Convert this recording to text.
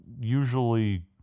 usually